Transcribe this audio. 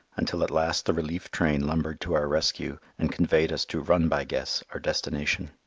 until at last the relief train lumbered to our rescue and conveyed us to run-by-guess, our destination.